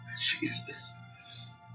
Jesus